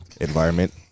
environment